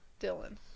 Dylan